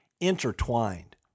intertwined